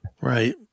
right